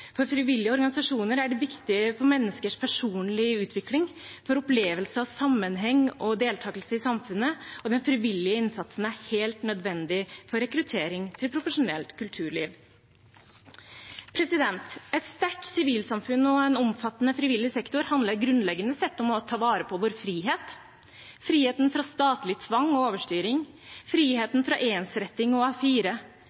Frivillige organisasjoner er viktige for menneskers personlige utvikling og for opplevelsen av sammenheng og deltakelse i samfunnet, og den frivillige innsatsen er helt nødvendig for rekruttering til profesjonelt kulturliv. Et sterkt sivilsamfunn og en omfattende frivillig sektor handler grunnleggende sett om å ta vare på vår frihet – friheten fra statlig tvang og overstyring,